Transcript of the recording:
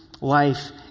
life